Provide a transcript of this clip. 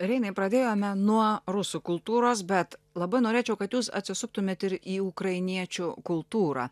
reinai pradėjome nuo rusų kultūros bet labai norėčiau kad jūs atsisuktumėt ir į ukrainiečių kultūrą